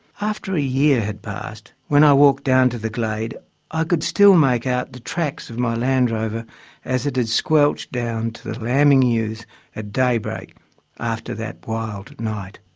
after a year had passed, when i walked down to the glade i could still make out the tracks of my landrover as it had squelched down to the lambing ewes at daybreak after that wild night.